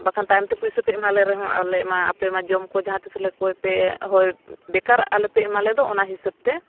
ᱵᱟᱠᱷᱟᱱ ᱛᱟᱭᱚᱢ ᱛᱮ ᱯᱚᱭᱥᱟ ᱯᱮ ᱮᱢᱟ ᱞᱮ ᱨᱮᱦᱚᱸ ᱟᱞᱮ ᱢᱟ ᱟᱯᱮ ᱢᱟ ᱡᱚᱢ ᱠᱚ ᱡᱟᱦᱟᱸ ᱛᱤᱥᱞᱮ ᱠᱚᱭ ᱯᱮ ᱦᱳᱭ ᱵᱮᱠᱟᱨ ᱟᱞᱮ ᱯᱮ ᱮᱢᱟ ᱞᱮᱫᱚ ᱚᱱᱟ ᱦᱤᱸᱥᱟᱹᱵᱽ ᱛᱮ